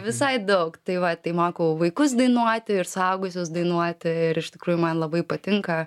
visai daug tai va tai mokau vaikus dainuoti ir suaugusius dainuoti ir iš tikrųjų man labai patinka